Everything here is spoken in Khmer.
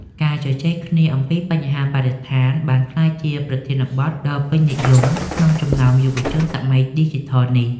ការជជែកគ្នាអំពីបញ្ហាបរិស្ថានបានក្លាយជាប្រធានបទដ៏ពេញនិយមក្នុងចំណោមយុវជនសម័យឌីជីថលនាពេលនេះ។